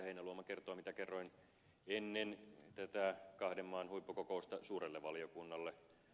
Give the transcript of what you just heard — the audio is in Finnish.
heinäluoma kertoa mitä kerroin ennen tätä kahden maan huippukokousta suurelle valiokunnalle